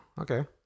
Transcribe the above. okay